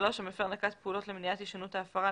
המפר נקט פעולות למניעת הישנות ההפרה,